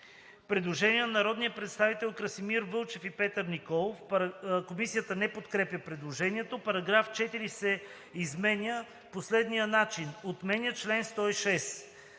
Предложение на народния представител Красимир Вълчев и Петър Николов. Комисията не подкрепя предложението. „Параграф 4 се изменя по следния начин: „Отменя член 106.“